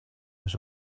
was